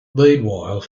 meanwhile